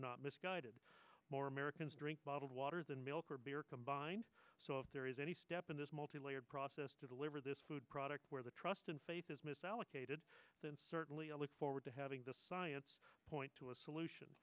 not misguided more americans drink bottled water than milk or beer combined so if there is any step in this multilayered process to deliver this food product where the trust and faith is misallocated then certainly i look forward to having the science point to a solution